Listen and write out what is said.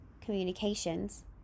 communications